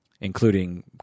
including